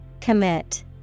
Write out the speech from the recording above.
Commit